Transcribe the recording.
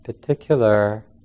particular